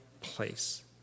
place